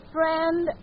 Friend